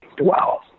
Wow